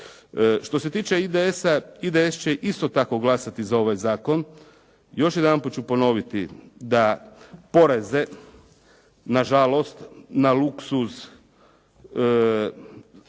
Što se tiče IDS-a IDS će isto tako glasati za ovaj zakon. Još jedanput ću ponoviti da poreze nažalost na luskuz